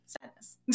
sadness